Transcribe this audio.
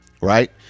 right